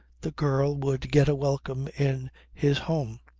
the girl would get a welcome in his home.